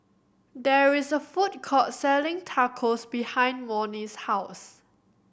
there is a food court selling Tacos behind Monnie's house